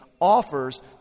offers